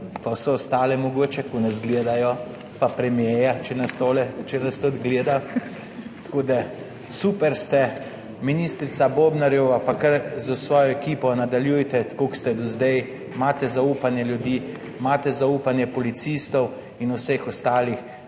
pa vse ostale mogoče, ko nas gledajo, pa premierja, če nas tudi gleda. Tako da super ste. Ministrica Bobnarjeva, pa kar s svojo ekipo nadaljujte tako kot ste do zdaj. Imate zaupanje ljudi, imate zaupanje policistov in vseh ostalih,